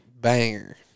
banger